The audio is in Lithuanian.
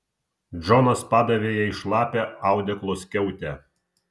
džonas padavė jai šlapią audeklo skiautę